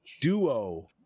duo